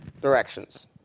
directions